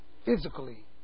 Physically